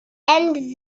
and